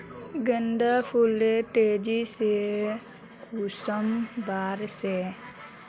गेंदा फुल तेजी से कुंसम बार से?